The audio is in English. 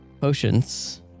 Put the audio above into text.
potions